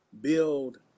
build